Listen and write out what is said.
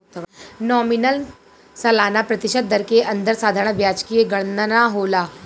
nominal सालाना प्रतिशत दर के अंदर साधारण ब्याज के गनना होला